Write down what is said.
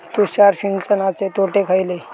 तुषार सिंचनाचे तोटे खयले?